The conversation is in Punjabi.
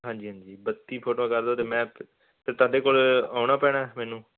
ਹਾਂਜੀ ਹਾਂਜੀ ਬੱਤੀ ਫੋਟੋਆਂ ਕਰ ਦਿਓ ਅਤੇ ਮੈਂ ਫਿਰ ਤੁਹਾਡੇ ਕੋਲ ਆਉਣਾ ਪੈਣਾ ਮੈਨੂੰ